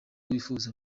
wifuza